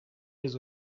йөз